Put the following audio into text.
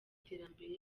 iterambere